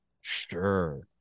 Sure